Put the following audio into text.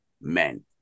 men